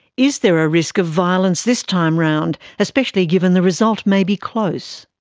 is there a risk of violence this time round, especially given the result may be close?